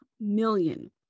million